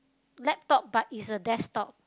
laptop but it's a desktop